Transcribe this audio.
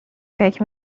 فکر